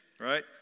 right